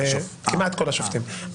כמעט כל השופטים.